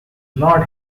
not